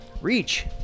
Reach